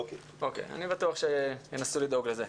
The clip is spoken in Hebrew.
אני בטוח שינסו לדאוג לזה.